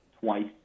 Twice